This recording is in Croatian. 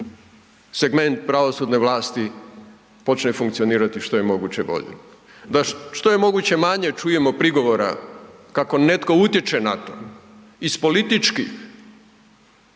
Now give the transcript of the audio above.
segment pravosudne vlasti počne funkcionirati što je moguće bolje, da što je moguće manje čujemo prigovora kako netko utječe na to iz političkih,